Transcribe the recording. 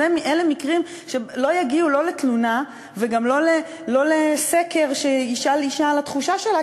אלה מקרים שלא יגיעו לא לתלונה וגם לא לסקר שישאל אישה על התחושה שלה,